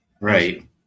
Right